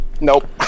Nope